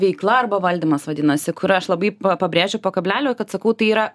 veikla arba valdymas vadinasi kur aš labai pa pabrėžiu po kablelio kad sakau tai yra